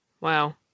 Wow